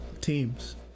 teams